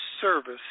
service